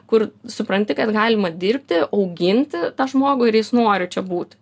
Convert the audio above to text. kur supranti kad galima dirbti auginti tą žmogų ir jis nori čia būti